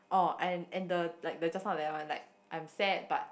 oh and and the like the just now that one like I'm sad but